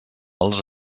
les